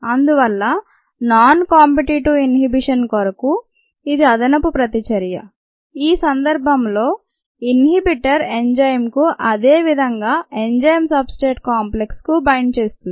అందువల్ల non competitive inhibition కొరకు ఇది అదనపు ప్రతిచర్య ఈ సందర్భంలో ఇన్హిబిటర్ ఎంజైమ్ కు అదేవిధంగా ఎంజైమ్ సబ్ స్ట్రేట్ కాంప్లెక్స్ కు బైండ్ చేస్తుంది